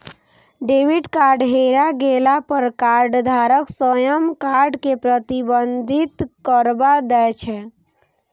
debit card हेरा गेला पर कार्डधारक स्वयं कार्ड कें प्रतिबंधित करबा दै छै